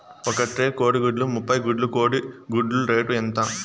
ఒక ట్రే కోడిగుడ్లు ముప్పై గుడ్లు కోడి గుడ్ల రేటు ఎంత?